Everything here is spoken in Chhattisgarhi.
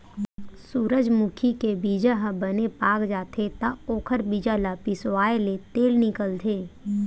सूरजमूजी के बीजा ह बने पाक जाथे त ओखर बीजा ल पिसवाएले तेल निकलथे